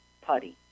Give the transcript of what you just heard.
putty